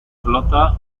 flota